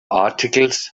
articles